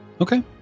Okay